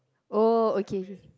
oh okay